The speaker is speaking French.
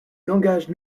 langage